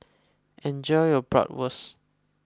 enjoy your Bratwurst